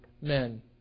men